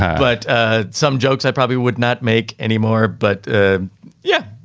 but ah some jokes i probably would not make any more. but ah yeah,